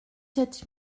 sept